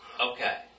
Okay